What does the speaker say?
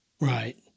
Right